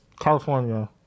California